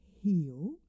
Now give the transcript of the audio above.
Heal